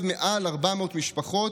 והתרחב מעל 400 משפחות